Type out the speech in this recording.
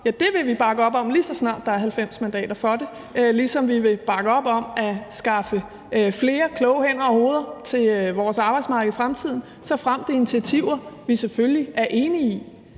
Ja, det vil vi bakke op om, lige så snart der er 90 mandater for det, ligesom vi vil bakke op om at skaffe flere hænder og kloge hoveder til vores arbejdsmarked i fremtiden, såfremt det er initiativer, vi selvfølgelig er enige i.